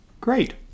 great